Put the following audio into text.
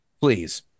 please